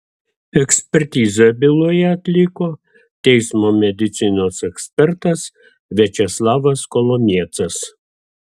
ekspertizę byloje atliko teismo medicinos ekspertas viačeslavas kolomiecas